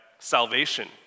salvation